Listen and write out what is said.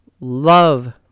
love